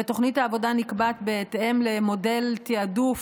ותוכנית העבודה נקבעת בהתאם למודל תיעדוף